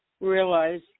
realize